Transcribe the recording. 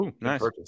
Nice